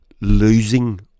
losing